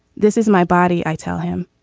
this is my body. i tell him.